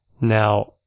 Now